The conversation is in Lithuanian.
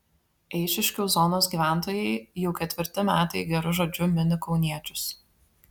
eišiškių zonos gyventojai jau ketvirti metai geru žodžiu mini kauniečius